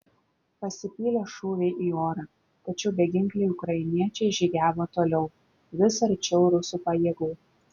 pasipylė šūviai į orą tačiau beginkliai ukrainiečiai žygiavo toliau vis arčiau rusų pajėgų